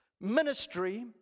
Ministry